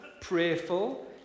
prayerful